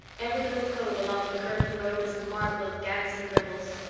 every little cove along the curving road was a marvel of dancing ripples.